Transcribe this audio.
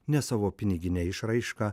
ne savo pinigine išraiška